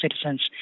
citizens